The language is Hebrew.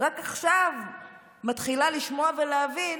רק עכשיו מתחילה לשמוע ולהבין